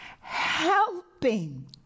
helping